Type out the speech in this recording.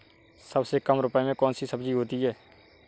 सबसे कम रुपये में कौन सी सब्जी होती है?